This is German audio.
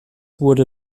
wurde